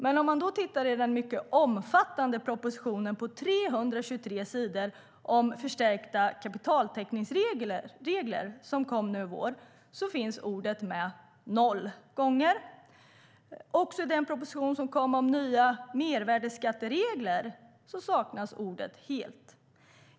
Men i den omfattande propositionen på 323 sidor om förstärkta kapitaltäckningsregler som kom i våras finns ordet med noll gånger. Också i propositionen om nya mervärdesskatteregler saknas ordet helt.